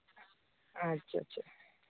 ᱟᱪᱪᱷᱟ ᱟᱪᱪᱷᱟ